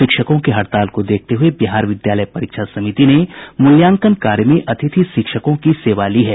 शिक्षकों की हड़ताल को देखते हुए बिहार विद्यालय परीक्षा समिति ने मूल्यांकन कार्य में अतिथि शिक्षकों की सेवा ली है